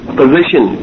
position